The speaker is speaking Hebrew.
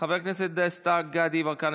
חבר הכנסת יצחק פינדרוס,